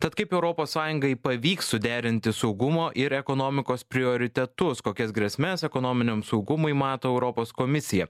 tad kaip europos sąjungai pavyks suderinti saugumo ir ekonomikos prioritetus kokias grėsmes ekonominiam saugumui mato europos komisija